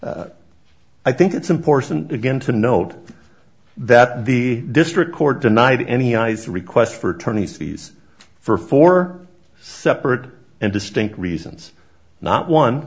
issue i think it's important again to note that the district court denied any ice request for attorneys fees for four separate and distinct reasons not one